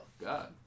God